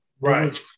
Right